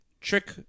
Trick